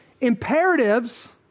imperatives